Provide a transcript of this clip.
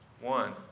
One